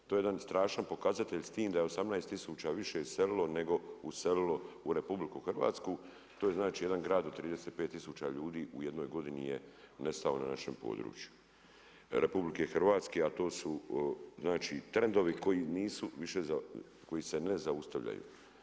To je jedan strašan pokazatelj s tim da je 18000 više iselilo nego uselilo u RH, to znači jedan grad od 35000 ljudi u jednoj godini je nestao na našem području RH, a to su znači trendovi koji se više ne zaustavljaju.